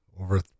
over